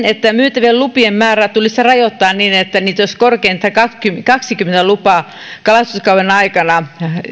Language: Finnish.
että myytävien lupien määrää tulisi rajoittaa niin että niitä olisi korkeintaan kaksikymmentä lupaa kalastuskauden aikana